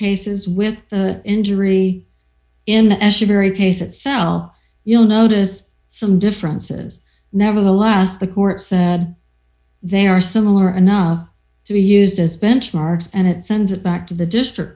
cases with the injury in the su very case itself you'll notice some differences nevertheless the court said they are similar enough to be used as benchmarks and it sends it back to the district